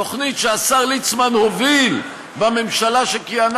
תוכנית שהשר ליצמן הוביל בממשלה שכיהנה